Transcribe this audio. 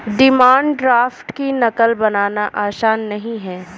demand draft की नक़ल बनाना आसान नहीं है